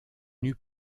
n’eût